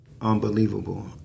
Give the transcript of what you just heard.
unbelievable